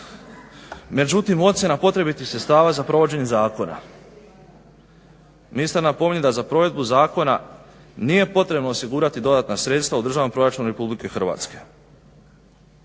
međutim, ocjena potrebitih sredstava za provođenje zakona. Niste napomenuli da za provedbu zakona nije potrebno osigurati dodatna sredstva u Državnom proračunu RH. Nadalje,